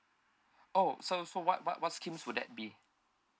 oh so so what what what scheme would that be